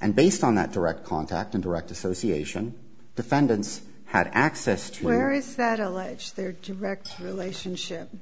and based on that direct contact and direct association defendants had access to areas that allege their direct relationship